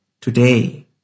Today